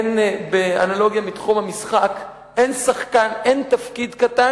באנלוגיה מתחום המשחק: אין תפקיד קטן,